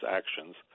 actions